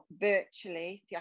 virtually